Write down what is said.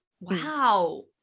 Wow